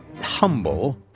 humble